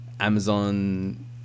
amazon